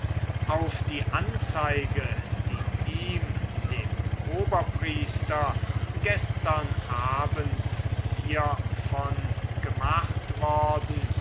auf die anzeige die ihm dem oberpriester gestern abends hievon gemacht worden